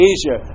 Asia